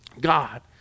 God